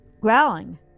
growling